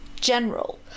general